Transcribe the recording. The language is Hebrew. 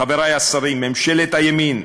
חברי השרים, ממשלת הימין,